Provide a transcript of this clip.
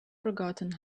forgotten